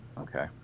okay